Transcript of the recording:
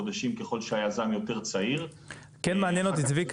כן מעניין אותי, צביקה, לגבי הביורוקרטיה.